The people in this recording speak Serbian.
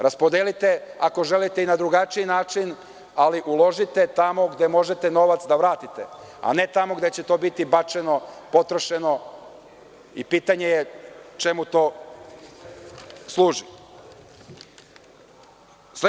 Raspodelite, ako želite, i na drugačiji način, ali uložite tamo gde možete novac da vratite, a ne tamo gde će to biti bačeno, potrošeno i pitanje je čemu to služi.